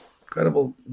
incredible